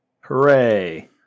Hooray